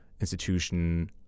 institution